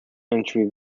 entry